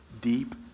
deep